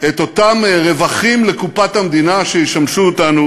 את אותם רווחים לקופת המדינה שישמשו אותנו